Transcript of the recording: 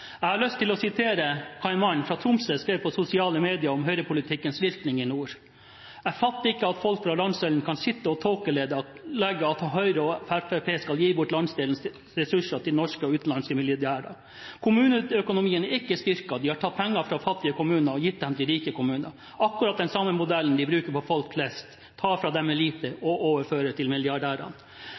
Jeg har lyst til å sitere hva en mann fra Tromsø skrev på sosiale medier om høyrepolitikkens virkning i nord: Jeg fatter ikke at folk fra landsdelen kan sitte og tåkelegge at Høyre og Fremskrittspartiet skal gi bort landsdelens ressurser til norske og utenlandske milliardærer. Kommuneøkonomien er ikke styrket. De har tatt penger fra fattige kommuner og gitt dem til rike kommuner – akkurat den samme modellen de bruker på folk flest: Man tar fra dem med lite og overfører til